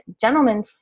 gentlemen